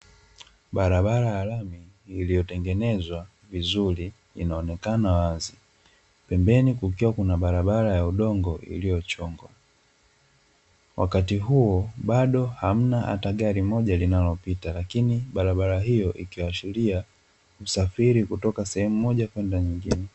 Barabara ya lami iliyotengenezwa vizurii, inaonekana wazi pembeni kukiwa kuna barabara ya udongo iliyochongwa. Wakati huo bado hamna hata gari moja linalopita, lakini barabara hiyo ikiashiria usafiri kutoka sehemu moja kwenda nyingine.